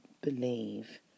believe